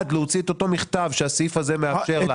להוציא את אותו מכתב שהסעיף הזה מאפשר לה,